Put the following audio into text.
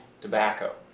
tobacco